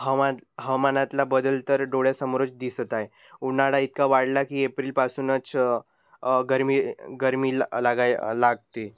हवामान हवामानातला बदल तर डोळ्यासमोरच दिसत आहे उन्हाळा इतका वाढला की एप्रिलपासूनच गर्मी गर्मी ला लागायला लागते